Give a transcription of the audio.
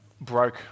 broke